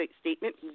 statement